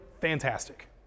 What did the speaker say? fantastic